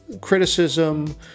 criticism